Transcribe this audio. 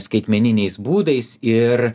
skaitmeniniais būdais ir